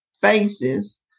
faces